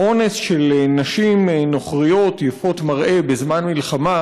"אונס של נשים נוכריות יפות מראה בזמן מלחמה,